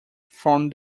from